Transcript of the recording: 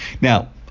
now